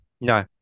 no